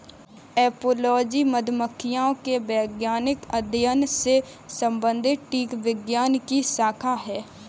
apiology मधुमक्खियों के वैज्ञानिक अध्ययन से संबंधित कीटविज्ञान की शाखा है